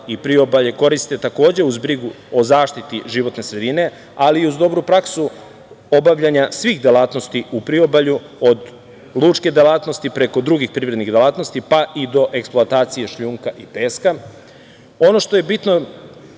i priobalje, koriste takođe uz brigu o zaštiti životne sredine, ali i uz dobru praksu obavljanja svih delatnosti u priobalju, od lučke delatnosti preko drugih privrednih delatnosti pa i do eksploatacije šljunka i peska. Ono što je bitno